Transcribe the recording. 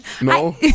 No